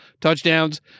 touchdowns